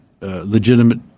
legitimate